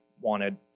wanted